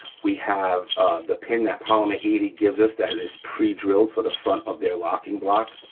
we have the pin that polymer eighty gives us that is predrilled for the front of their locking block,